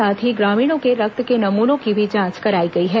साथ ही ग्रामीणों के रक्त के नमूनों की भी जांच कराई गई है